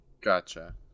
Gotcha